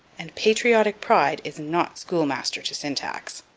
and patriotic pride is not schoolmaster to syntax.